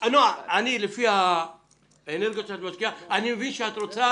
נועה, לפי האנרגיות שאת משקיעה אני מבין שאת רוצה